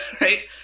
right